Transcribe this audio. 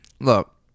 Look